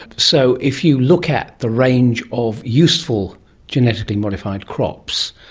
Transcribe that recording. so if you look at the range of useful genetically modified crops,